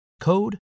code